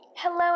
Hello